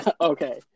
Okay